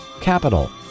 Capital